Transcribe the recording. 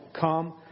come